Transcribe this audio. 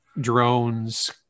drones